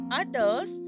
others